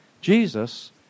Jesus